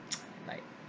like